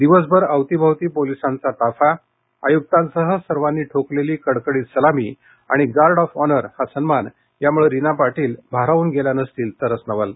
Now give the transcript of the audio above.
दिवसभर अवतीभवती पोलिसांचा ताफा आयुक्तांसह सर्वांनी ठोकलेली कडकडीत सलामी आणि गार्ड ऑफ ऑनर हा सन्मान याम्ळे रीना पाटील या भारावून गेल्या नसतील तरच नवल